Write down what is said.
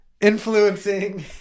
influencing